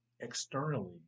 externally